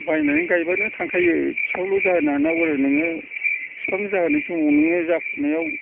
बायनानै गायबानो थांखायो बिफांल' जाहोनो हानांगौ आरो नोङो बिफां जाहोनाय समावनो जाफुनायाव